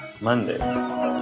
Monday